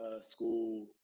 school